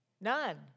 None